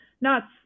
nuts